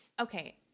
Okay